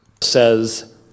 Says